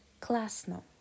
Klasno